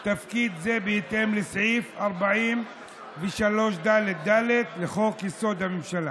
את תפקיד זה בהתאם לסעיף 43ד(ד) לחוק-יסוד: הממשלה.